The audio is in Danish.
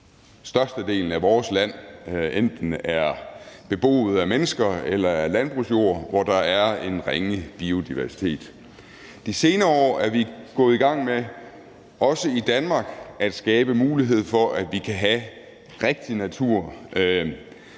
størstedelen af vores land enten er beboet af mennesker eller er landbrugsjord, hvor der er en ringe biodiversitet. De senere år er vi også i Danmark gået i gang med at skabe mulighed for, at vi kan have rigtig natur,